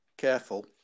Careful